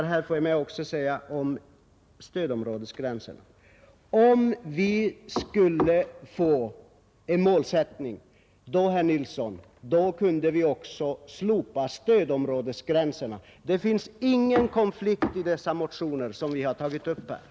Om vi finge en målsättning, herr Nilsson, då kunde vi också slopa stödområdesgränserna. Det finns ingen konflikt i de motioner som vi från centern har väckt.